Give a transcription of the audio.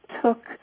took